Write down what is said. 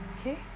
Okay